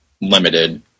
Limited